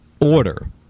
order